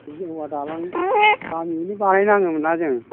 औवा दालां गामियैनो बानाय नाङोमोन ना जों